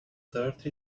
thirty